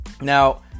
Now